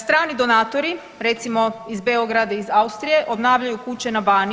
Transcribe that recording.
Strani donatori recimo iz Beograda, iz Austrije obnavljaju kuće na Baniji.